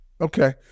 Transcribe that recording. Okay